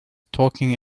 talking